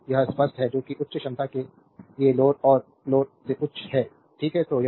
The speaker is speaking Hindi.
तो यह स्पष्ट है जो कि उच्च क्षमता के लिए लोर और लोर से उच्च है ठीक है